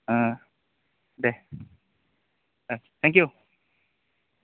देह thank U